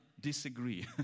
disagree